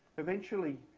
eventually,